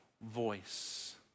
voice